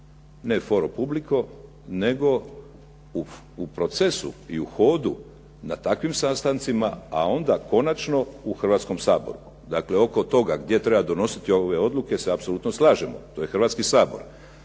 ne for Republiko, nego u procesu i u hodu na takvim sastancima, a onda konačno u Hrvatskom saboru. Dakle, oko toga gdje treba donositi ove odluke se ja apsolutno slažemo, to je Hrvatski sabor.